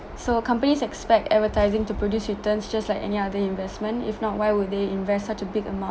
so companies expect advertising to produce returns just like any other investment if not why would they invest such a big amount